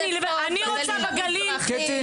עד הסוף, בגליל המזרחי.